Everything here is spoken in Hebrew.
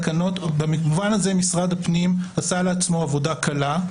במובן הזה משרד הפנים עשה לעצמו עבודה קלה,